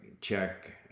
Check